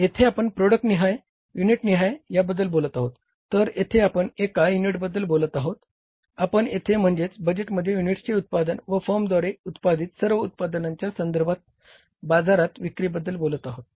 येथे आपण प्रॉडक्ट निहाय युनिट निहाय याबद्दल बोलत आहोत तर येथे आपण एका युनिटबद्दल बोलत आहोत आपण येथे म्हणजे बजेटमध्ये युनिट्सचे उत्पादन व फर्मद्वारे उत्पादित सर्व उत्पादनांच्या संदर्भात बाजारात विक्रीबद्दल बोलत आहोत